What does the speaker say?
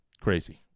crazy